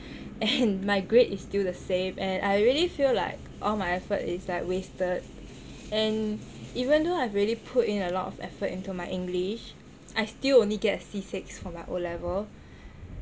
and my grade is still the same and I really feel like all my effort is like wasted and even though I've really put in a lot of effort into my english I still only get a C six for my O level